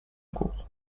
cours